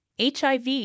HIV